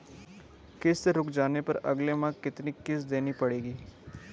किश्त रुक जाने पर अगले माह कितनी किश्त देनी पड़ेगी?